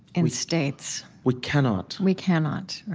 in states we cannot we cannot,